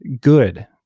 good